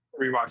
rewatch